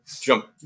jump